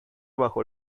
bajo